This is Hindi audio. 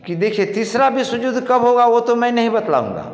कि देखिए तीसरा विश्व युद्ध कब होगा वो तो मैं नहीं बतालाऊंगा